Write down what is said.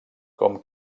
com